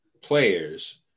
players